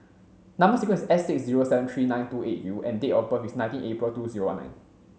number sequence is S six zero seven three nine two eight U and date of birth is nineteen April two zero one nine